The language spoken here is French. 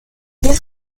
firent